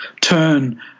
turn